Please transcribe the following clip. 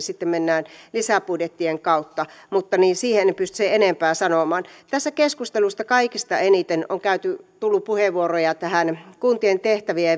sitten mennään lisäbudjettien kautta mutta siitä en pysty sen enempää sanomaan tässä keskustelussa kaikista eniten on tullut puheenvuoroja tästä kuntien tehtävien